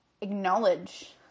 acknowledge